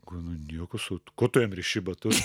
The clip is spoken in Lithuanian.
galvo nu nieko sau ko tu jam riši batus